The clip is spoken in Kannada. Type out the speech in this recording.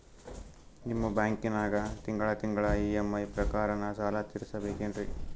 ನಿಮ್ಮ ಬ್ಯಾಂಕನಾಗ ತಿಂಗಳ ತಿಂಗಳ ಇ.ಎಂ.ಐ ಪ್ರಕಾರನ ಸಾಲ ತೀರಿಸಬೇಕೆನ್ರೀ?